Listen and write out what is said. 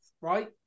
right